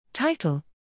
Title